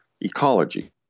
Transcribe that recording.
ecology